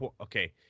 Okay